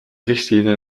richtlinie